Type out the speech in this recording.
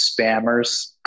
spammers